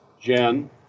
Jen